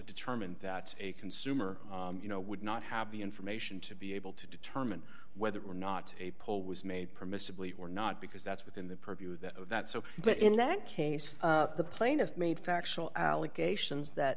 determined that a consumer you know would not have the information to be able to determine whether or not a poll was made permissibly or not because that's within the purview of that event so in that case the plaintiff made factual allegations that